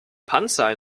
panzer